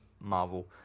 Marvel